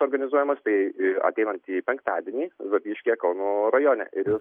jis bus organizuojamas tai ateinantį penktadienį zapyškyje kauno rajone ir